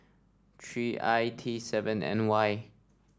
three I T seven N Y